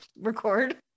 record